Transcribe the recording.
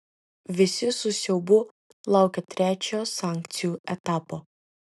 visi su siaubu laukia trečiojo sankcijų etapo